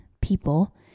people